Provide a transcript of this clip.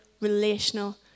relational